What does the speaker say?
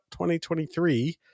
2023